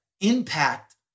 impact